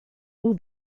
all